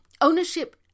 ownership